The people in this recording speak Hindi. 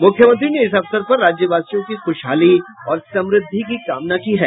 मुख्यमंत्री ने इस अवसर पर राज्यवासियों की ख़ुशहाली और समृद्धि की कामना की है